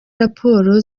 raporo